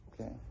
Okay